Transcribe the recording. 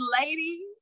ladies